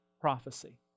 prophecy